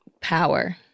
Power